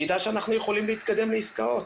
נדע שאנחנו יכולים להתקדם לעסקאות.